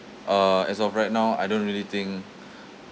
uh as of right now I don't really think